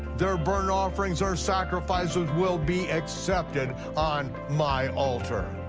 their burnt offerings or sacrifices will be accepted on my altar,